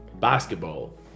basketball